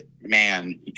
man